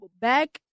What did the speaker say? back